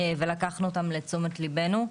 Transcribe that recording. וקלחנו אותן לתשומת ליבנו.